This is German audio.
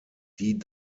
die